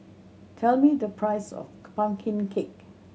tell me the price of pumpkin cake